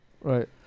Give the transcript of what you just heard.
Right